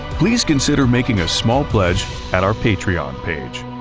please consider making a small pledge at our patreon page.